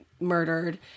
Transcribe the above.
murdered